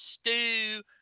stew